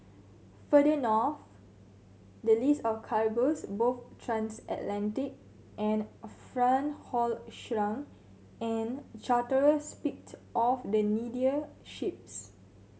further north the list of cargoes both transatlantic and front haul shrunk and charterers picked off the needier ships